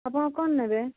ଆପଣ କ'ଣ ନେବେ